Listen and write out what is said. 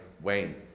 Wayne